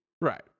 Right